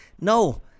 No